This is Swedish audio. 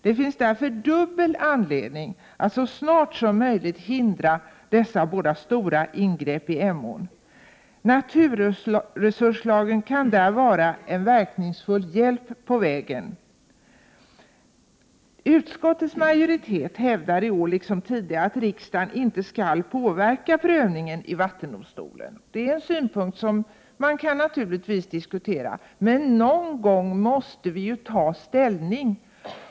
Det finns därför dubbel anledning att så snart som möjligt hindra dessa båda stora ingrepp i Emån. Naturresurslagen kan där vara en verkningsfull hjälp på vägen. Utskottets majoritet hävdar i år liksom tidigare att riksdagen inte skall påverka prövningen i vattendomstolen. Det är en synpunkt som man naturligtvis kan diskutera. Men någon gång måste vi ta ställning.